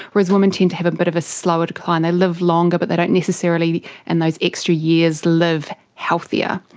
whereas women tend to have a bit of a slower decline, they live longer but they don't necessarily in and those extra years live healthier,